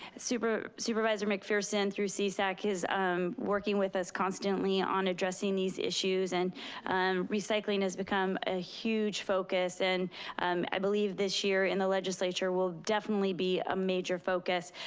supervisor supervisor mcpherson, through csac, is working with us constantly on addressing these issues. and recycling has become a huge focus. and i believe this year in the legislature will definitely be a major focus.